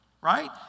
right